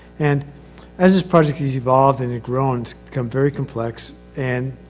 and as this project has evolved and it grows, become very complex, and.